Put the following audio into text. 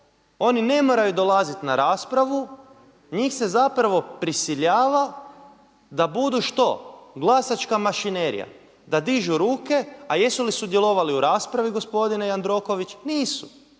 Oni ne moraju dolaziti na raspravu, njih se zapravo prisiljava da budu, što? Glasačka mašinerija, da dižu ruke. A jesu li sudjelovali u raspravi gospodine Jandroković? Nisu.